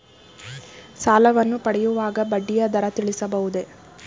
ಸಾಲವನ್ನು ಪಡೆಯುವಾಗ ಬಡ್ಡಿಯ ದರ ತಿಳಿಸಬಹುದೇ?